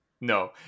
No